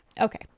Okay